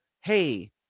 hey